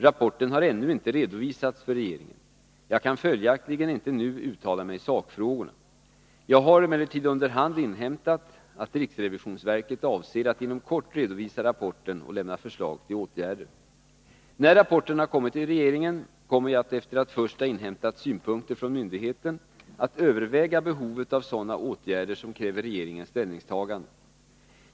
Rapporten har ännu inte redovisats för regeringen. Jag kan följaktligen inte nu uttala mig i sakfrågorna. Jag har emellertid under hand inhämtat att riksrevisionsverket avser att inom kort redovisa rapporten och lämna förslag till åtgärder. När rapporten har överlämnats till regeringen kommer jag, efter att först ha inhämtat synpunkter från myndigheten, att överväga behovet av sådana åtgärder som kräver regeringens ställningstagande.